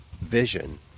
vision